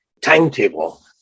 timetable